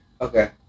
Okay